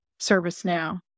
ServiceNow